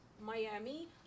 Miami